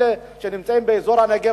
אלה שנמצאים באזור הנגב,